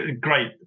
great